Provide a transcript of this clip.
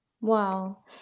Wow